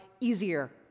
easier